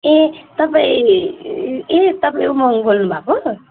ए तपाईँ ए तपाईँ उमङ्ग बोल्नुभएको